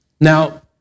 Now